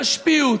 תשפיעו,